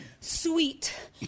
Sweet